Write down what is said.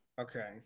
Okay